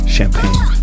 Champagne